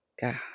God